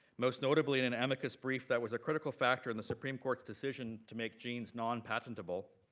most notably in an amicus brief that was a critical factor in the supreme court's decision to make genes non-patentable.